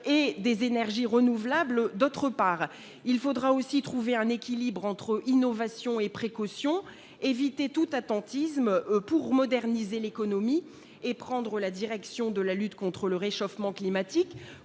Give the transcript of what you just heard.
et des énergies renouvelables, d'autre part ? Il faudra aussi trouver un équilibre entre innovation et précaution et éviter tout attentisme pour moderniser l'économie et prendre la direction de la lutte contre le réchauffement climatique.